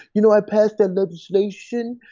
you know i passed that legislation?